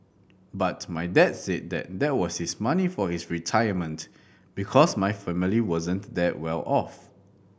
but my dad said that that was the money for his retirement because my family wasn't that well off